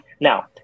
Now